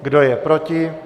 Kdo je proti?